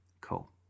Cool